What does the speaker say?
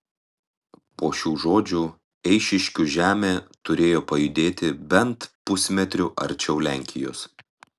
po šių žodžių eišiškių žemė turėjo pajudėti bent pusmetriu arčiau lenkijos